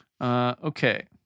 Okay